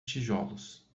tijolos